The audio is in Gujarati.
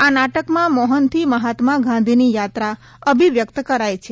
આ નાટકમાં મોહનથી મહાત્મા ગાંધીની યાત્રા અભિવ્યક્ત કરાઈ છે